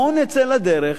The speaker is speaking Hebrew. בואו נצא לדרך,